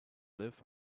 live